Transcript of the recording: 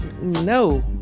No